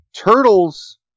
turtles